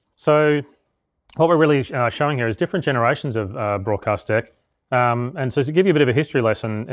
so what we're really showing here is different generations of broadcast deck um and so to give you a bit of a history lesson,